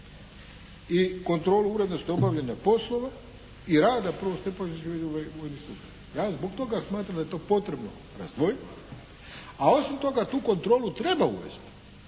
i kontrolu urednosti obavljanja poslova i rada prvostupanjskih vojnih sudova? Ja zbog toga smatram da je to potrebno razdvojiti, a osim toga tu kontrolu treba uvesti